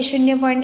तर हे ०